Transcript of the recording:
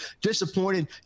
disappointed